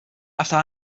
after